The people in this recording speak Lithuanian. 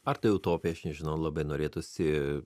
ar tai utopija aš nežinau labai norėtųsi